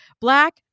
black